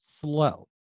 slow